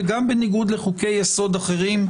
וגם בניגוד לחוקי יסוד אחרים,